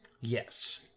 Yes